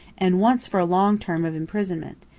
and once for a long term of imprisonment,